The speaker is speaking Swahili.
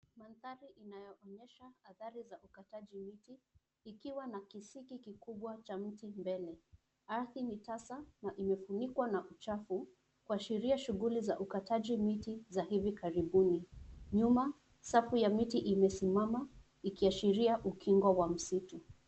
Mandhari inayoonyesha athari za ukataji miti ikiwa na kisiki kikubwa cha miti mbele. Ardhi ni tasa na imefunikwa na uchafu kuashiria shughuli za ukataji miti za hivi karibuni. Nyuma, safu ya miti imesimama ikiashiria ukingo wa msitu.